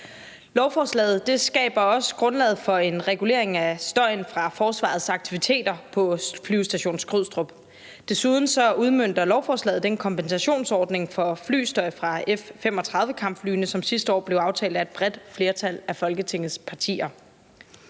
Lovforslaget skaber også grundlaget for en regulering af støjen fra forsvarets aktiviteter på Flyvestation Skrydstrup. Desuden udmønter lovforslaget den kompensationsordning for flystøj fra F-35-kampflyene, som sidste år blev aftalt af et bredt flertal af Folketingets partier.